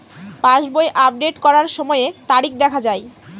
পাসবই update করার সময়ে তারিখ দেখা য়ায়?